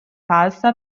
falsa